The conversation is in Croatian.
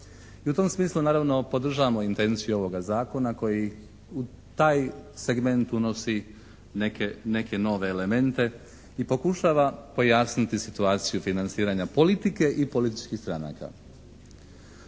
I u tom smislu naravno podržavamo intenciju ovoga zakona koji u taj segment unosi neke nove elemente i pokušava pojasniti situaciju financiranja politike i političkih stranaka.